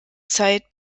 zeit